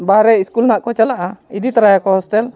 ᱵᱟᱦᱨᱮ ᱥᱠᱩᱞ ᱦᱟᱸᱜ ᱠᱚ ᱪᱟᱞᱟᱜᱼᱟ ᱤᱫᱤ ᱛᱟᱨᱟᱭᱟᱠᱚ ᱦᱳᱥᱴᱮᱞ